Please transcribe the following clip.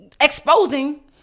exposing